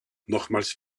nochmals